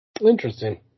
Interesting